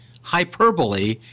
hyperbole